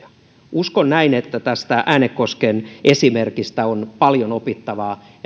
uskon näin että tästä äänekosken esimerkistä on paljon opittavaa